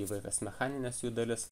įvairias mechanines jų dalis